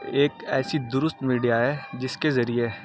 ایک ایسی درست میڈیا ہے جس کے ذریعے